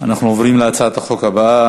אנחנו עוברים להצעת החוק הבאה,